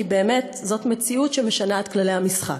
כי באמת זאת מציאות שמשנה את כללי המשחק.